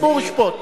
הציבור ישפוט.